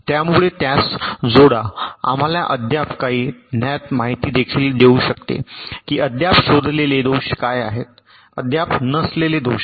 त्यामुळे त्यास जोडा आम्हाला अद्याप काही ज्ञात माहिती देखील देऊ शकते की अद्याप शोधलेले दोष काय आहेत अद्याप नसलेले दोष